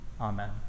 Amen